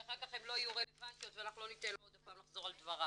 כי אחר כך הן לא יהיו רלבנטיות ולא ניתן לו עוד פעם לחזור על דבריו.